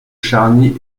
charny